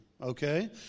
Okay